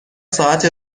ساعت